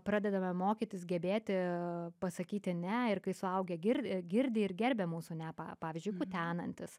pradedame mokytis gebėti pasakyti ne ir kai suaugę girdi girdi ir gerbia mūsų ne pa pavyzdžiui kutenantis